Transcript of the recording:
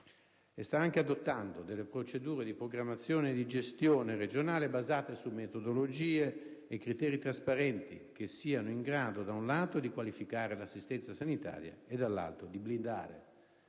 e sta anche adottando delle procedure di programmazione e di gestione regionale basate su metodologie e criteri trasparenti che siano in grado, da un lato, di qualificare l'assistenza sanitaria e, dall'altro, di «blindare»